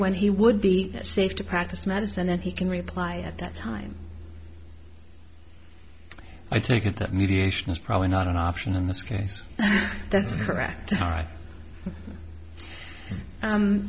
when he would be safe to practice medicine and he can reply at that time i take it that mediation is probably not an option in this case that's correct